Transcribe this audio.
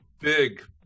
big